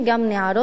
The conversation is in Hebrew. גם נערות,